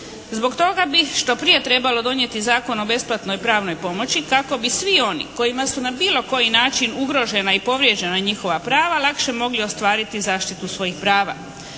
Zbog toga bi što prije trebalo donijeti Zakon o besplatnoj pravnoj pomoći kako bi svi oni kojima su na bilo koji način ugrožena i povrijeđena njihova prava lakše mogli ostvariti zaštitu svojih prava.